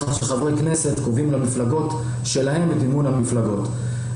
שחברי כנסת קובעים למפלגות שלהם את מימון המפלגות.